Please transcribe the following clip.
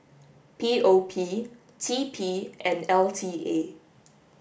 P O P T P and L T A